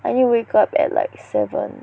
I need wake up at like seven